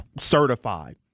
certified